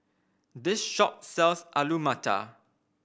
this shop sells Alu Matar